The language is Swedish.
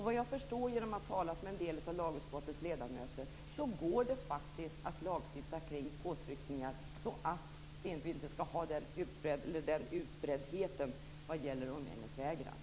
Såvitt jag förstår efter att ha talat med en del av lagutskottets ledamöter går det faktiskt att lagstifta om påtryckningar så att det inte skall finnas denna utbreddhet i fråga om umgängesvägran.